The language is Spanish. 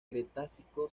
cretácico